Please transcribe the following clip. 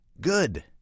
good